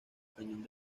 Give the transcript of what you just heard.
cañón